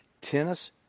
tennis